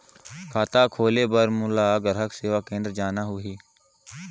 खाता खोले बार मोला ग्राहक सेवा केंद्र जाना होही?